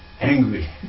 angry